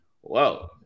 Whoa